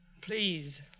Please